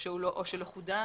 שלא חודש,